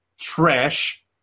trash